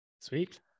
Sweet